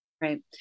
Right